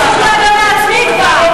אין זכות להגנה עצמית כבר?